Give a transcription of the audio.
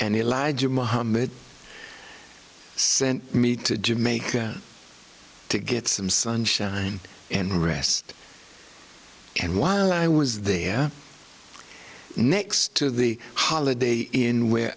and he lied to mohammed sent me to jamaica to get some sunshine and rest and while i was there next to the holiday inn where